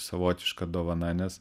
savotiška dovana nes